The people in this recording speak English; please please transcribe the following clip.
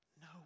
No